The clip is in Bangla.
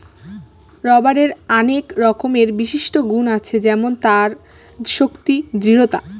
রবারের আনেক রকমের বিশিষ্ট গুন আছে যেমন তার শক্তি, দৃঢ়তা